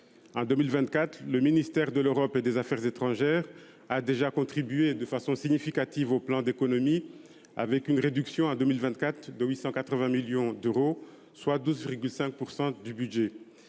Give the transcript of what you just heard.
En 2024, le ministère de l’Europe et des affaires étrangères a déjà contribué de façon significative au plan d’économies, avec une réduction de 880 millions d’euros de son budget,